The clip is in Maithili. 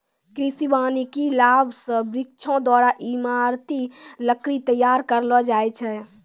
कृषि वानिकी लाभ से वृक्षो द्वारा ईमारती लकड़ी तैयार करलो जाय छै